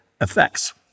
effects